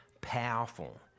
powerful